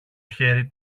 χέρι